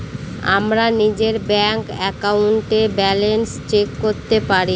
আমরা নিজের ব্যাঙ্ক একাউন্টে ব্যালান্স চেক করতে পারি